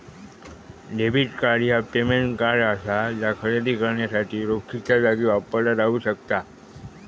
debit card ह्या payment card असा जा खरेदी करण्यासाठी रोखीच्यो जागी वापरला जाऊ शकता